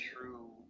true